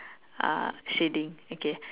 uh shading okay